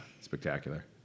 spectacular